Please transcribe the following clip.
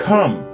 Come